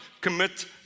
commit